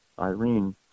Irene